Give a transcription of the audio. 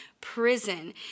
prison